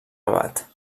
rabat